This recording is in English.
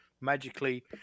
magically